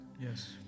Yes